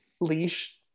leash